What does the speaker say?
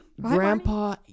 Grandpa